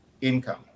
income